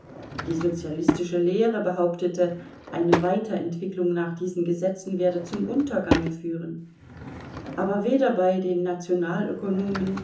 die sozialistische lehre behauptete eine weiterentwicklung nach diesen gesetzen werde zum untergange führen aber weder bei den nationalökonomen